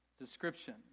Description